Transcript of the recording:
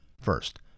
First